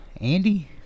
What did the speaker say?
Andy